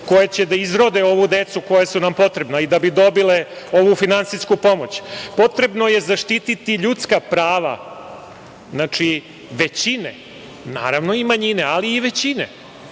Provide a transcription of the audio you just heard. koje će da izrode ovu decu koja su nam potrebna i da bi dobile ovu finansijsku pomoć, potrebno je zaštiti ljudska prava većine, naravno i manjine, ali i većine